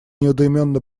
недоуменно